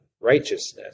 righteousness